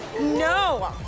No